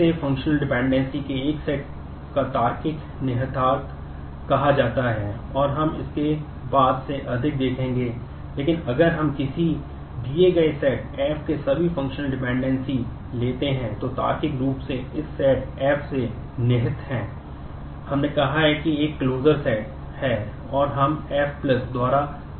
functional dependency है और हम F द्वारा प्रतिनिधित्व करते हैं